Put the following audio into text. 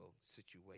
situation